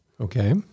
Okay